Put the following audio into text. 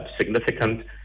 significant